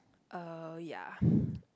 uh ya